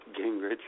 Gingrich